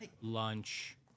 lunch